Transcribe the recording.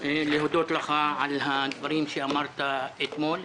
אני מוצא לנכון להודות לך על הדברים שאמרת אתמול.